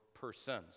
persons